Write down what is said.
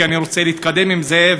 כי אני רוצה להתקדם עם זה,